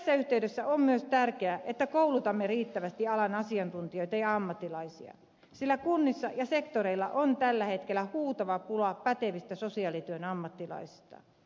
tässä yhteydessä on myös tärkeää että koulutamme riittävästi alan asiantuntijoita ja ammattilaisia sillä kunnissa ja eri sektoreilla on tällä hetkellä huutava pula pätevistä sosiaalityön ammattilaisista